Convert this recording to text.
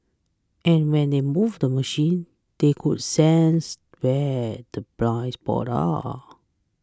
and when they move the machine they could sense where the blind spots are